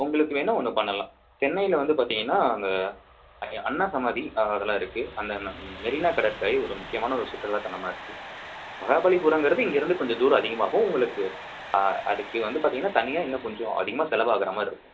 உங்களுக்கு வேணால் ஒன்று பண்ணலாம் சென்னையில் வந்து பார்த்தீங்கன்னா அந்த அண் அண்ணா சமாதி அதெல்லாம் இருக்குது அந்தென்ன ம் மெரினா கடற்கரை ஒரு முக்கியமான ஒரு சுற்றுலாத்தலமாக இருக்குது மகாபலிபுரங்கிறது இங்கிருந்து கொஞ்சம் தூரம் அதிகமாகும் உங்களுக்கு அதுக்கு வந்து பார்த்தீங்கன்னா தனியாக இன்னும் கொஞ்சம் அதிகமாக செலவாகிற மாதிரி இருக்கும்